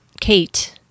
kate